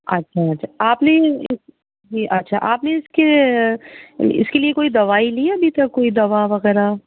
اچھا اچھا آپ نے جی اچھا آپ نے اس کے اس کے لیے کوئی دوائی لی ہے ابھی تک دوا وغیرہ